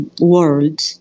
world